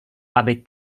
aby